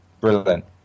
brilliant